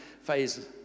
phase